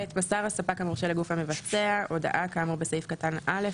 מסר הספק המורשה לגוף המבצע הודעה כאמור בסעיף קטן (א),